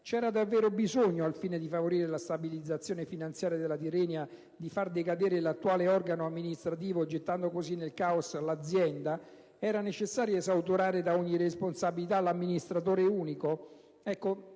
C'era davvero bisogno, al fine di favorire la stabilizzazione finanziaria della Tirrenia, di far decadere l'attuale organo di amministrazione, gettando così nel caos l'azienda? Era necessario esautorare da ogni responsabilità l'amministratore unico?